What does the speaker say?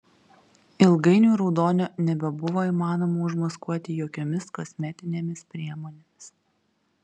ilgainiui raudonio nebebuvo įmanoma užmaskuoti jokiomis kosmetinėmis priemonėmis